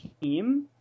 team